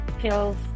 Feels